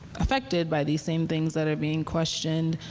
affected by these same things that are being questioned.